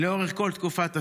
לאורך כל תקופת השבי,